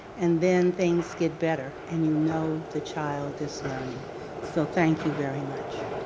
and then things get better and you know the child is learning so thank you very much.